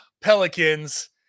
Pelicans